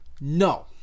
No